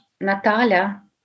Natalia